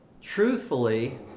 truthfully